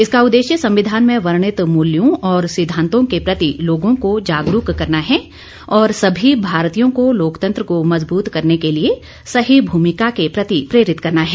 इसका उद्देश्य संविधान में वर्णित मूल्यों और सिद्धांतों के प्रति लोगों को जागरुक करना है और सभी भारतीयों को लोकतंत्र को मजबूत करने के लिए सही भूमिका के प्रति प्रेरित करना है